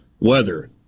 Weather